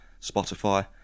Spotify